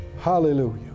Hallelujah